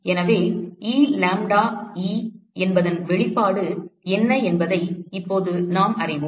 எனவே Elambdae என்பதன் வெளிப்பாடு என்ன என்பதை இப்போது நாம் அறிவோம்